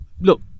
look